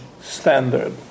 standard